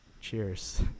cheers